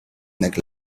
necklace